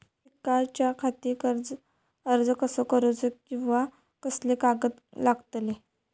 शिकाच्याखाती कर्ज अर्ज कसो करुचो कीवा कसले कागद लागतले?